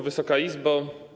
Wysoka Izbo!